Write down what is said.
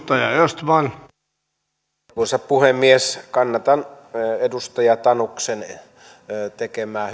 arvoisa puhemies kannatan edustaja tanuksen tekemää